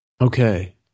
Okay